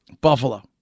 Buffalo